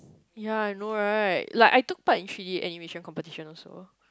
ya I know right like I took part in three-D animation competition also